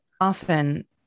often